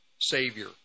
savior